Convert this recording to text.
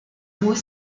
mot